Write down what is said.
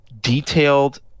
detailed